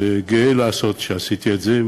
ואני גאה שעשיתי את זה,